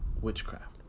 witchcraft